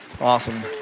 Awesome